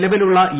നിലവിലുള്ള ഇ